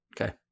Okay